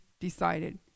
decided